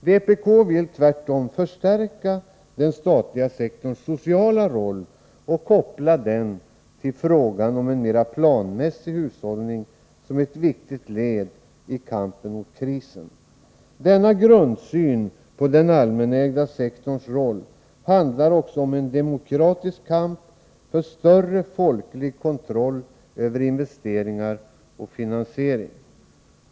Vpk vill tvärtom förstärka den statliga sektorns sociala roll och koppla den till ffrågan om en mera planmässig hushållning som ett viktigt led i kampen mot krisen. Denna grundsyn på den allmänägda sektorns roll handlar också om en demokratisk kamp för större folklig kontroll över investeringar och finansiering.